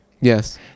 Yes